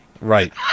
right